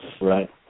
Right